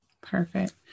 Perfect